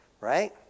right